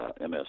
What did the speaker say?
MS